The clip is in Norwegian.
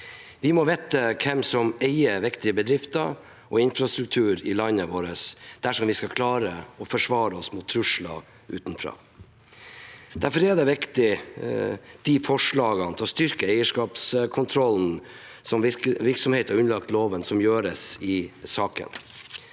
Vi må vite hvem som eier viktige bedrifter og infrastruktur i landet vårt, dersom vi skal klare å forsvare oss mot trusler utenfra. Derfor er det viktig med de forslagene om å styrke eierskapskontrollen for virksomheter underlagt loven som gjøres i saken.